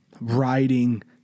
writing